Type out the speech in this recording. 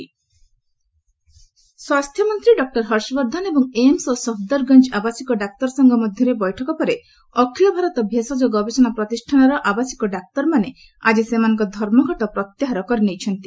doctors strike ସ୍ୱାସ୍ଥ୍ୟମନ୍ତ୍ରୀ doctor Harshvardhan ଏବଂ ଏମ୍ସ୍ ଓ ସଫଦରଗଞ୍ଜ ଆବାସିକ ଡାକ୍ତର ସଂଘ ମଧ୍ୟରେ ବୈଠକ ପରେ ଅଖିଳ ଭାରତ ଭେଷଜ ଗବେଷଣା ପ୍ରତିଷ୍ଠାନର ଆବାସିକ ଡାକ୍ତରମାନେ ଆଜି ସେମାନଙ୍କ ଧର୍ମଘଟ ପ୍ରତ୍ୟାହାର କରି ନେଇଛନ୍ତି